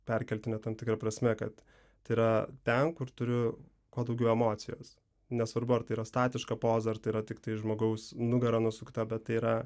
perkeltine tam tikra prasme kad tai yra ten kur turiu kuo daugiau emocijos nesvarbu ar tai yra statiška poza ar tai yra tiktai žmogaus nugara nusukta bet tai yra